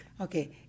Okay